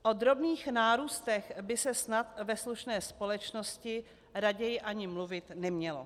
O drobných nárůstech by se snad ve slušné společnosti raději ani mluvit nemělo.